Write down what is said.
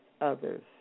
others